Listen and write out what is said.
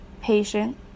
patient